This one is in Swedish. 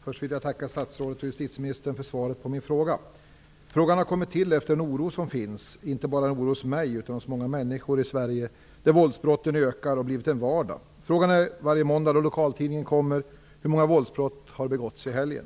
Fru talman! Först vill jag tacka statsrådet och justitieministern för svaret på min fråga. Frågan har kommit till beroende på den oro som finns, inte bara hos mig utan hos många människor i Sverige, över att våldsbrotten ökat och blivit en vardag. Man ställer sig frågan varje måndag när lokaltidningen kommer hur många våldsbrott som har begåtts under helgen.